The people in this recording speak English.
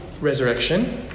resurrection